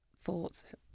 thoughts